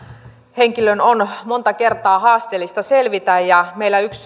henkilön on monta kertaa haasteellista selvitä meillä yksi